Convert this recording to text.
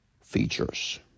features